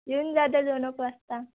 येऊन जाते दोन एक वाजता